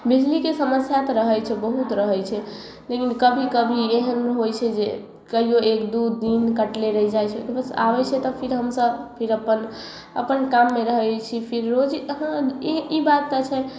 बिजलीके समस्या तऽ रहै छै बहुत रहै छै ताहिमे ओ कभी कभी एगो ओ होइ छै जे कहियो एक दू दिन कटले रहि जाइ छै फिर आबै छै तऽ फिर हमसब फिर अपन अपन काममे रहै छी फिर यो भी अहाँ ई ई बात तऽ छै